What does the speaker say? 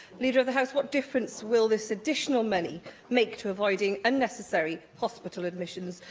leader of the house, what difference will this additional money make to avoiding unnecessary hospital admissions,